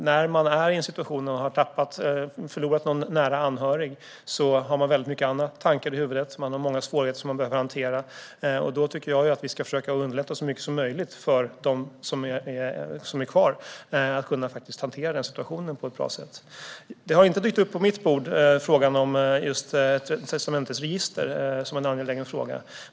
När man har förlorat en nära anhörig har man väldigt många andra tankar i huvudet. Det är många svårigheter som man behöver hantera. Då tycker jag att vi ska underlätta så mycket som möjligt för de efterlevande att hantera situationen på ett bra sätt. Frågan om testamentsregister har inte dykt upp på mitt bord.